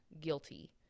guilty